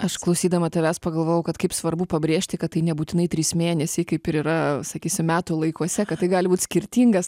aš klausydama tavęs pagalvojau kad kaip svarbu pabrėžti kad tai nebūtinai trys mėnesiai kaip ir yra sakysim metų laikuose kad tai gali būt skirtingas